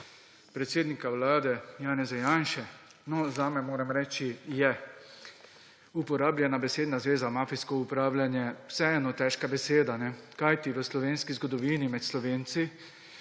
predsednika Vlade Janeza Janše. No, zame, moram reči, je uporabljena besedna zveza »mafijsko upravljanje« vseeno težka beseda, kajti v slovenski zgodovini med Slovenci